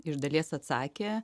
iš dalies atsakė